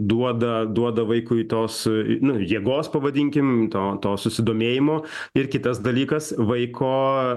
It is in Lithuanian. duoda duoda vaikui tos jėgos pavadinkim to to susidomėjimo ir kitas dalykas vaiko